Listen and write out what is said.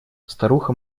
старуха